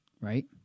Right